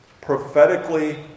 prophetically